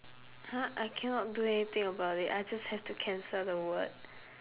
!huh! I cannot do anything about it I just have to cancel the word